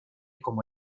como